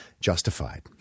justified